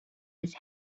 his